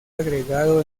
agregado